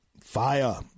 Fire